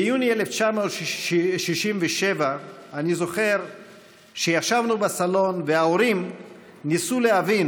ביוני 1967 אני זוכר שישבנו בסלון וההורים ניסו להבין